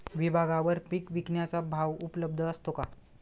विभागवार पीक विकण्याचा भाव उपलब्ध असतो का?